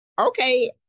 okay